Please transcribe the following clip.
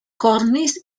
cornish